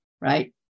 right